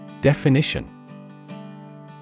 definition